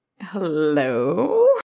hello